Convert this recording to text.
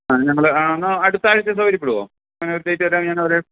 ആ ഞങ്ങൾ ആ എന്നാൽ അടുത്ത ആഴ്ച്ച സൗകര്യപ്പെടുമോ അങ്ങനെയൊരു ഡേറ്റ് തരാമെങ്കിൽ ഞാൻ അവരെ